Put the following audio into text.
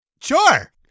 Sure